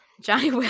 Johnny